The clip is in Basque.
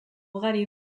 ugari